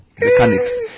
Mechanics